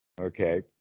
Okay